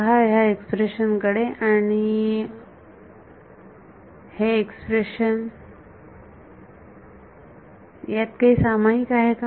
पहा ह्या एक्सप्रेशन कडे आणि हे एक्सप्रेशन यात काही सामायिक आहे का